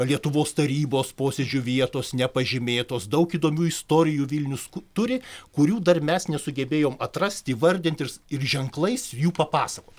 lietuvos tarybos posėdžių vietos nepažymėtos daug įdomių istorijų vilnius turi kurių dar mes nesugebėjom atrast įvardint irs ir ženklais jų papasakot